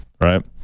right